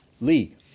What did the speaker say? lee